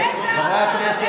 בבקשה, חברי הכנסת.